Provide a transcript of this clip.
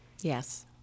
Yes